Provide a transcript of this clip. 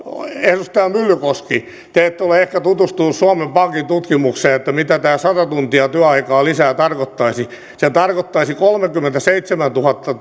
edustaja myllykoski te ette ole ehkä tutustunut suomen pankin tutkimukseen siitä mitä tämä sata tuntia lisää työaikaan tarkoittaisi se tarkoittaisi kolmekymmentäseitsemäntuhatta